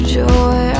joy